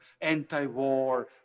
anti-war